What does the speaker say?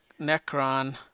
Necron